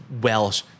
Welsh